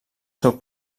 seu